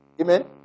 Amen